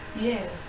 yes